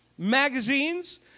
Magazines